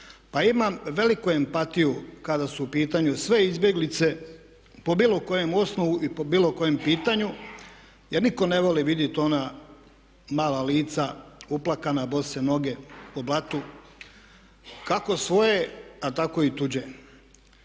Pa imam veliku empatiju kada su u pitanju sve izbjeglice po bilo kojem osnovu i po bilo kojem pitanju jer nitko ne voli vidjeti ona mala lica uplakana, bose noge po blatu, kako svoje a tako i tuđe.